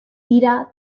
dira